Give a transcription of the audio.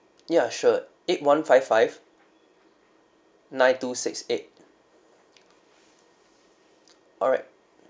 ya sure eight one five five nine two six eight alright